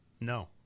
No